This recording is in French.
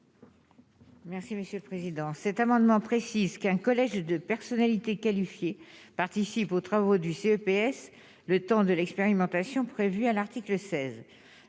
Merci monsieur le président, cet amendement précise qu'un collège de personnalités qualifiées, participe aux travaux du CNPS, le temps de l'expérimentation prévue à l'article 16